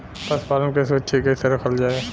पशुपालन के सुरक्षित कैसे रखल जाई?